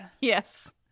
Yes